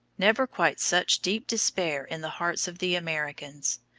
never quite such deep despair in the hearts of the americans.